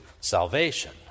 salvation